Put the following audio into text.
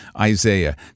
Isaiah